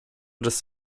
des